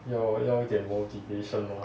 you know you get more degrees